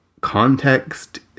context